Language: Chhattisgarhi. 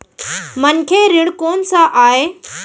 मनखे ऋण कोन स आय?